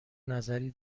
نظری